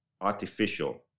artificial